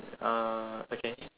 uh okay